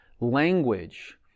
language